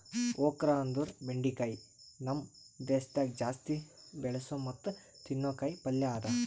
okra ಅಂದುರ್ ಬೆಂಡಿಕಾಯಿ ನಮ್ ದೇಶದಾಗ್ ಜಾಸ್ತಿ ಬೆಳಸೋ ಮತ್ತ ತಿನ್ನೋ ಕಾಯಿ ಪಲ್ಯ ಅದಾ